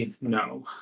No